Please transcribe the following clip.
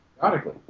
periodically